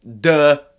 Duh